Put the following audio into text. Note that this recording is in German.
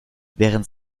während